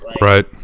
Right